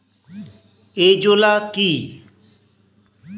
Azolla কি?